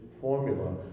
formula